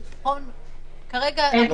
זה לא